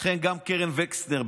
לכן גם קרן וקסנר,